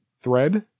thread